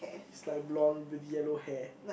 is like blonde yellow hair